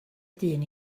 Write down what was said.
dyn